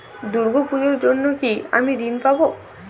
দুর্গা পুজোর জন্য কি আমি ঋণ পাবো?